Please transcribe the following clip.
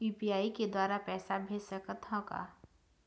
UPI के द्वारा पैसा भेज सकत ह का?